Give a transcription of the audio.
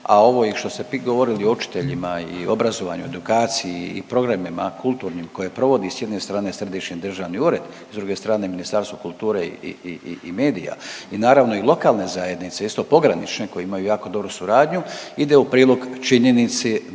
A ovo i što ste vi govorili o učiteljima i obrazovanju, edukaciji i programima kulturnim koje provodi s jedne strane Središnji državni ured, s druge strane Ministarstvo kulture i, i, i, i medija i naravno i lokalne zajednice, isto pogranične koje imaju jako dobru suradnju, ide u prilog činjenici da su